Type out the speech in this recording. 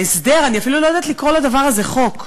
ההסדר, אני אפילו לא יודעת לקרוא לדבר הזה חוק,